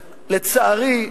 לצערי,